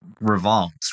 revolves